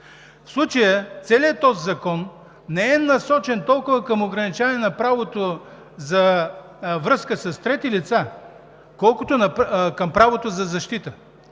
В случая целият закон не е насочен толкова към ограничаване на правото за връзка с трети лица, колкото към правото на защита.